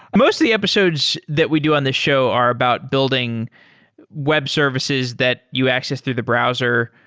most of the episodes that we do on this show are about building web services that you access through the browsers.